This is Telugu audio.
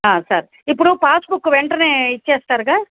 సార్ ఇప్పుడు పాస్బుక్కు వెంటనే ఇచ్చేస్తారుగా